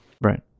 Right